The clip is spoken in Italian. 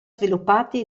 sviluppati